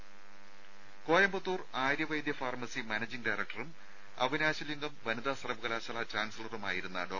രുമ Coimbatore Aryavaidya pharmacy managing ഡയറക്ടറും അവിനാശിലിംഗം വനിതാ സർവ്വകലാശാല ചാൻസലറുമായിരുന്ന ഡോ